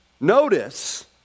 Notice